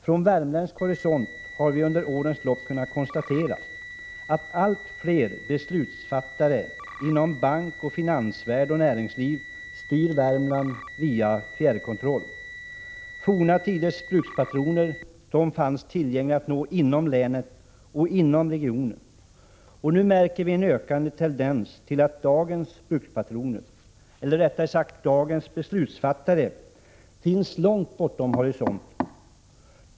Från värmländsk horisont har vi under årens lopp kunnat konstatera att allt fler beslutsfattare inom bankoch finansvärlden och inom näringslivet styr Värmland via fjärrkontroll. Forna tiders brukspatroner kunde nås inom länet och inom regionen. Nu märker vi en ökande tendens till att dagens brukspatroner, eller rättare sagt dagens beslutsfattare, finns långt bortom horisonten.